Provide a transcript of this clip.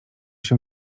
się